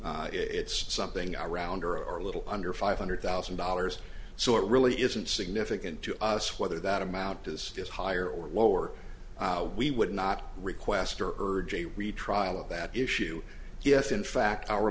it's something a round or or a little under five hundred thousand dollars so it really isn't significant to us whether that amount is is higher or lower we would not request or urge a retrial of that issue yes in fact our